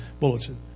bulletin